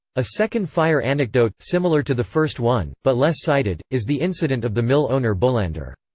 a second fire anecdote, similar to the first one, but less cited, is the incident of the mill owner bolander.